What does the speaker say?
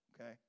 okay